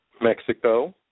Mexico